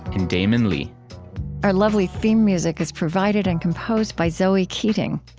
and damon lee our lovely theme music is provided and composed by zoe keating.